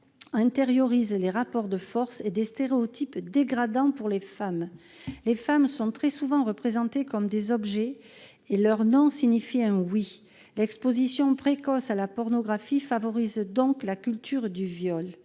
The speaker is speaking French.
intériorisent les rapports de force et des stéréotypes dégradants pour les femmes. Les femmes sont très souvent représentées comme des objets et leur « non » signifie un « oui ». L'exposition précoce à la pornographie favorise donc la culture du viol.